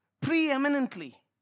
Preeminently